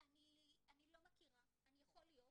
אני לא מכירה, יכול להיות.